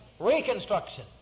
Reconstruction